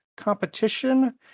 competition